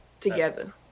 together